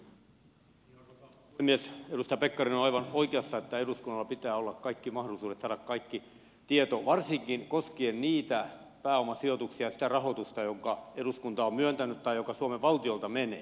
edustaja pekkarinen on aivan oikeassa että eduskunnalla pitää olla kaikki mahdollisuudet saada kaikki tieto varsinkin koskien niitä pääomasijoituksia ja sitä rahoitusta jonka eduskunta on myöntänyt tai joka suomen valtiolta menee